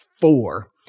four